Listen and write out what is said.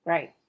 Right